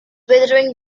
withering